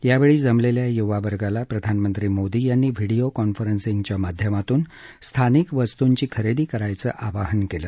यावेळी जमलेल्या युवावर्गाला प्रधानमंत्री मोदी यांनी व्हिडिओ कॉन्फरन्सिंगद्वारा स्थानिक वस्तूंची खरेदी करण्याचं आवाहन केलं